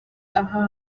aha